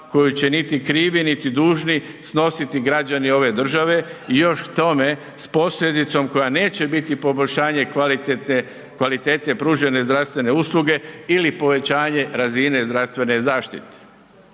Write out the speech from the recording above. koju će niti krivi, niti dužni snositi građani ove države i još k tome s posljedicom koja neće biti poboljšanje kvalitete pružene zdravstvene usluge ili povećanje razine zdravstvene zaštite.